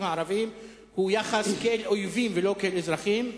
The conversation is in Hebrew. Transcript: הערבים הוא יחס כאל אויבים ולא כאל אזרחים,